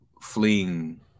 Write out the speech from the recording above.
fleeing